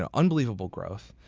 ah unbelievable growth.